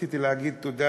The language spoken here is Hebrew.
רציתי להגיד תודה